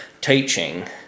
teaching